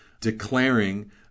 declaring